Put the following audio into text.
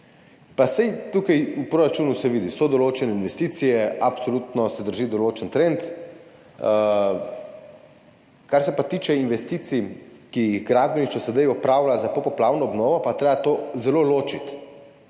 Pa saj tukaj v proračunu se vidi, da so določene investicije, absolutno se drži določen trend, kar se pa tiče investicij, ki jih gradbeništvo sedaj opravlja za popoplavno obnovo, pa je treba to zelo ločiti